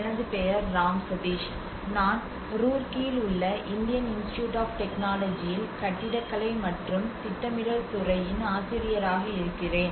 எனது பெயர் ராம் சதீஷ் நான் ரூர்க்கியில் உள்ள இந்தியன் இன்ஸ்டிடியூட் ஆப் டெக்னாலஜியில் கட்டிடக்கலை மற்றும் திட்டமிடல் துறையின் ஆசிரியராக இருக்கிறேன்